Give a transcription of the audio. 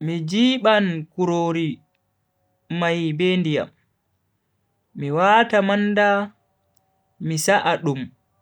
Mi jiban kurori mai be ndiyam, mi wata manda mi sa'a dum.